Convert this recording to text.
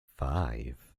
five